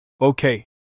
Okay